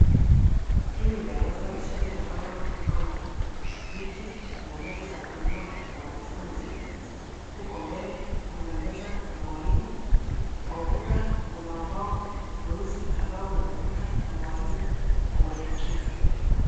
Hii ni darasa la shule ambalo liko na viti na meza za kutumiwa na wanafunzi. Huko mbele, kuna meza ya mwalimu. Kwa ukuta kuna ubao mweusi ambao unatumika na mwalimu kuandikia.